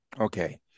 Okay